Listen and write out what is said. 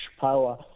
power